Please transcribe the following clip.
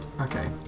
Okay